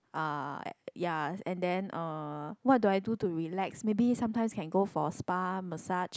uh ya and then uh what do I do to relax maybe sometimes can go for spa massage